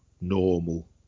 normal